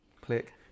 click